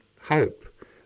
hope